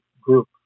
group